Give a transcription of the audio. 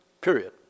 period